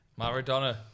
Maradona